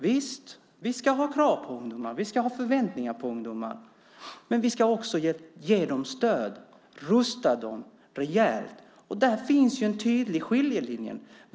Visst ska vi ställa krav och ha förväntningar på ungdomar, men vi ska också ge dem stöd och rusta dem rejält. Där finns en tydlig skiljelinje.